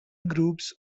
groups